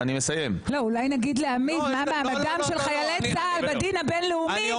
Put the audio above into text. אולי נגיד לעמית מה מעמדם של חיילי צה"ל בדין הבין-לאומי,